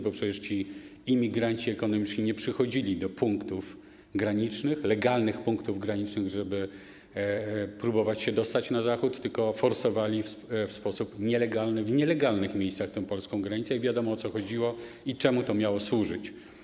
Bo przecież ci imigranci ekonomiczni nie przychodzili do punktów granicznych, legalnych punktów granicznych, żeby próbować się dostać na Zachód, tylko forsowali polską granicę w sposób nielegalny, w nielegalnych miejscach, i wiadomo, o co chodziło i czemu to miało służyć.